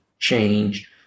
Change